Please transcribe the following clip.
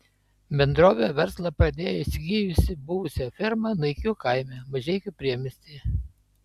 bendrovė verslą pradėjo įsigijusi buvusią fermą naikių kaime mažeikių priemiestyje